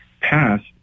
passed